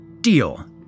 Deal